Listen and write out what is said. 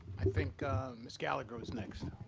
i think ms. gallagher was next.